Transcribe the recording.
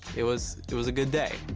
it was it was a good day.